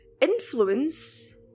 influence